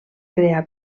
creà